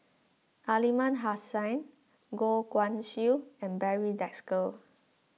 Aliman Hassan Goh Guan Siew and Barry Desker